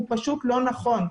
הוא פשוט לא נכון.